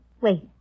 Wait